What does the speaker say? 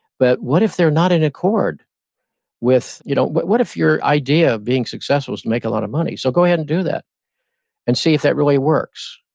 but what if they're not in accord with, you know what what if your idea of being successful is to make a lot of money, so go ahead and do that and see if that really works,